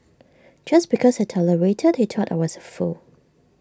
just because I tolerated he thought I was A fool